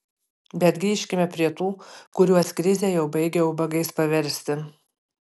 bet grįžkime prie tų kuriuos krizė jau baigia ubagais paversti